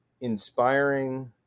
inspiring